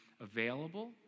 available